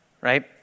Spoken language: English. right